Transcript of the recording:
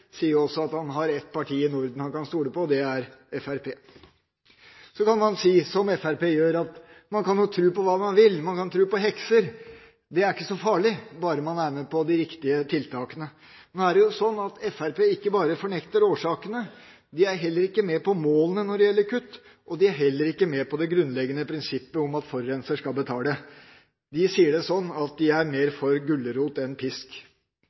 sier jo også at han har ett parti i Norden som han kan stole på, og det er Fremskrittspartiet. Så kan man si, som Fremskrittspartiet gjør, at man kan jo tro på hva man vil, man kan tro på hekser; det er ikke så farlig, bare man er med på de riktige tiltakene. Men nå er det jo sånn at ikke bare fornekter Fremskrittspartiet årsakene, de er heller ikke med på målene når det gjelder kutt, og de er heller ikke med på det grunnleggende prinsippet om at forurenser skal betale. De sier det sånn at de er mer for gulrot enn pisk.